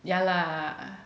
ya lah